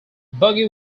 buggy